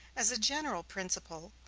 as a general principle,